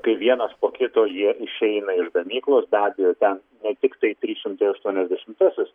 kai vienas po kito jie išeina iš gamyklos be abejo ten ne tiktai trys šimtai aštuoniasdešimtasis